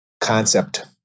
concept